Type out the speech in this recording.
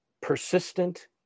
persistent